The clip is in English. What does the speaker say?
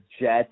Jets